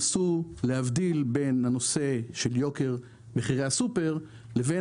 נסו להבדיל בין נושא יוקר מחירי הסופר לבין